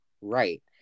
right